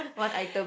one item